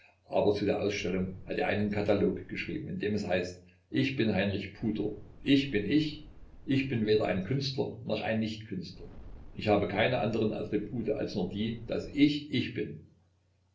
aber zu der ausstellung hat er einen katalog geschrieben in dem es heißt ich bin heinrich pudor ich bin ich ich bin weder ein künstler noch ein nichtkünstler ich habe keine andren attribute als nur die daß ich ich bin